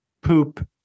poop